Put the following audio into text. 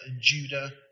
Judah